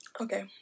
Okay